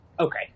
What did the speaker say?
okay